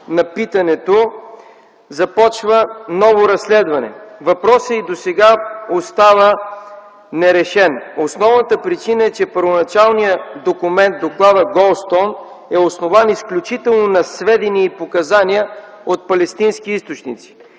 на питането, започва ново разследване. Въпросът и досега остава нерешен. Основната причина е, че първоначалният документ – докладът „Гладстоун”, е основан изключително на сведения и показания от палестински източници.